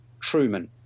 Truman